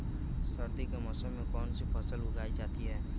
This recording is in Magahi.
सर्दी के मौसम में कौन सी फसल उगाई जाती है?